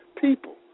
people